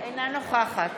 אינה נוכחת